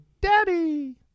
Daddy